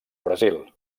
brasil